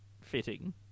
fitting